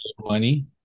money